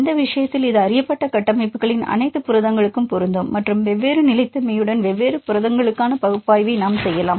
இந்த விஷயத்தில் இது அறியப்பட்ட கட்டமைப்புகளின் அனைத்து புரதங்களுக்கும் பொருந்தும் மற்றும் வெவ்வேறு நிலைத்தன்மையுடன் வெவ்வேறு புரதங்களுக்கான பகுப்பாய்வை நாம் செய்யலாம்